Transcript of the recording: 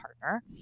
partner